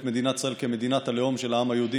מדינת ישראל כמדינת הלאום של העם היהודי,